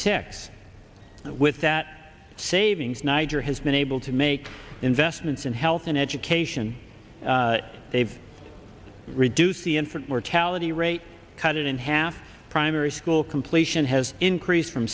six with that savings niger has been able to make investments in health and education they've reduced the infant mortality rate cut in half primary school completion has increased from